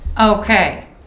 Okay